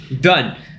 done